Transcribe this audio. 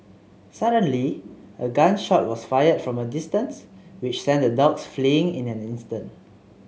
suddenly a gun shot was fired from a distance which sent the dogs fleeing in an instant